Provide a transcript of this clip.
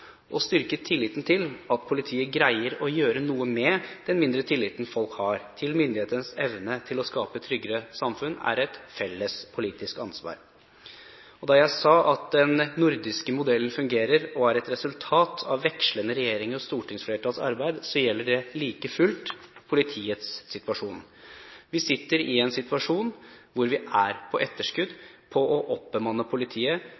Å styrke tilliten til at politiet greier å gjøre noe med den reduserte tilliten folk har til myndighetenes evne til å skape et tryggere samfunn, er et felles politisk ansvar. Da jeg sa at den nordiske modellen fungerer og er et resultat av vekslende regjeringer og stortingsflertalls arbeid, så gjelder det like fullt politiets situasjon. Vi sitter i en situasjon hvor vi er på etterskudd når det gjelder å oppbemanne politiet